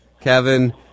Kevin